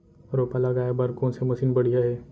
रोपा लगाए बर कोन से मशीन बढ़िया हे?